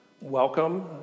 welcome